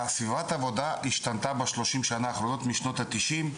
סביבת העבודה השתנתה ב-30 שנה האחרונות משנות ה-90'.